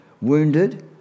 wounded